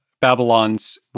Babylon's